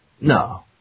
no